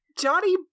Johnny